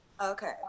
Okay